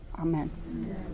amen